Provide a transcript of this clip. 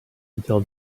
until